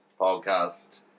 podcast